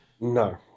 No